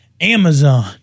Amazon